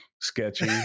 sketchy